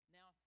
Now